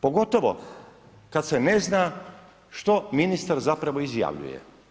Pogotovo kad se ne zna što ministar zapravo izjavljuje.